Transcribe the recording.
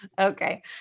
okay